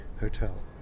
hotel